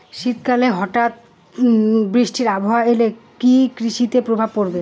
শীত কালে হঠাৎ বৃষ্টি আবহাওয়া এলে কি কৃষি তে প্রভাব পড়বে?